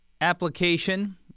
application